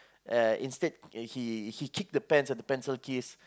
and instead he he kick the pens and the pencil case